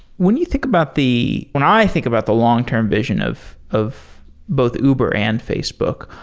when you think about the when i think about the long-term vision of of both uber and facebook,